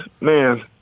man